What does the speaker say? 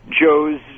Joe's